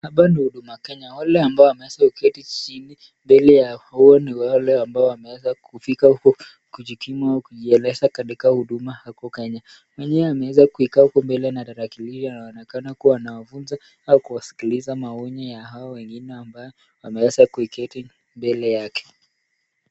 Hapa ni huduma Kenya, wale ambao wameweza kuketi chini mbele ya hawa ni wale ambao wameweza kufika huko, kujikimu, kujieleza katika huduma huko kenya. Mwenyewe ameweza kukaa hapo mbele na tarakilishi anaonekana kuwa anawafunza au kuwasikiliza maoni ya hawa wengine ambao wameweza kuketi mbele yake.